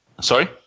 Sorry